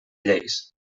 lleis